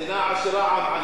מדינה עשירה, עם עני.